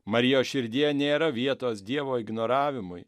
marijos širdyje nėra vietos dievo ignoravimui